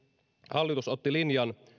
hallitus otti linjan